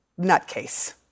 nutcase